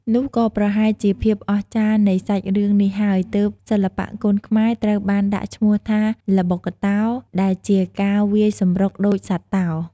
នោះក៏ប្រហែលជាភាពអស្ចារ្យនៃសាច់រឿងនេះហើយទើបសិល្បៈគុនខ្មែរត្រូវបានដាក់ឈ្មោះថា ល្បុក្កតោ ដែលជាការវាយសម្រុកដូចសត្វតោ។